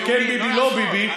כן ביבי לא ביבי,